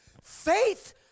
Faith